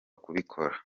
kubikora